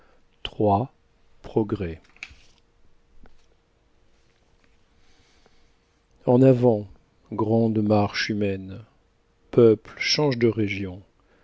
c'est dieu en avant grande marche humaine peuple change de région